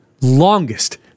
longest